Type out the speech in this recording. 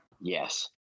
yes